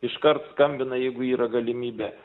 iškart skambina jeigu yra galimybė